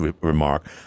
remark